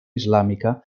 islàmica